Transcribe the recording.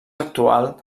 actual